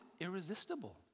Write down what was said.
irresistible